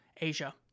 Asia